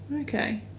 Okay